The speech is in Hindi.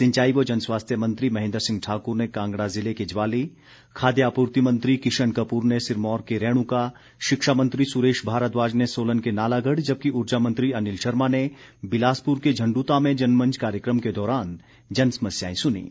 सिंचाई व जनस्वास्थ्य मंत्री महेन्द्र सिंह ठाकुर ने कांगड़ा जिले के ज्वाली खाद्य आपूर्ति मंत्री किशन कपूर ने सिरमौर के रेणुका शिक्षा मंत्री सुरेश भारद्वाज ने सोलन के नालागढ़ जबकि उर्जा मंत्री अनिल शर्मा ने बिलासपुर के झंडुता में जनमंच कार्यक्रम के दौरान जनसमस्याएं सुनीं